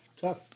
tough